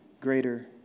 greater